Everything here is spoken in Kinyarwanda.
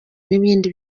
n’ibindi